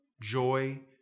joy